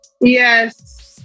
yes